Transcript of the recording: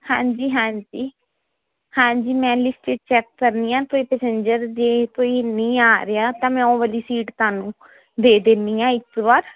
ਹਾਂਜੀ ਹਾਂਜੀ ਹਾਂਜੀ ਮੈ ਲਿਸਟ ਚੈਕ ਕਰਨੀ ਆ ਕੋਈ ਪੈਸੰਜਰ ਜੇ ਕੋਈ ਨਹੀਂ ਆ ਰਿਹਾ ਤਾਂ ਮੈਂ ਉਹ ਵਾਲੀ ਸੀਟ ਤੁਹਾਨੂੰ ਦੇ ਦਿਨੀ ਆ ਇੱਕ ਵਾਰ